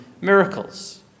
miracles